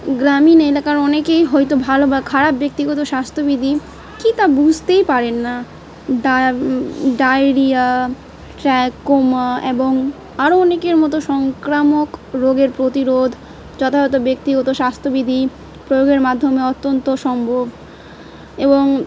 গ্রামীণ এলাকার অনেকেই হয়তো ভালো বা খারাপ ব্যক্তিগত স্বাস্থ্যবিধি কি তা বুঝতেই পারেন না ড ডায়রিয়া ট্র্যাক কোমা এবং আরও অনেকের মতো সংক্রামক রোগের প্রতিরোধ যথাযত ব্যক্তিগত স্বাস্থ্যবিধি প্রয়োগের মাধ্যমে অত্যন্ত সম্ভব এবং